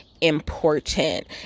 important